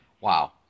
Wow